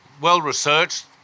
well-researched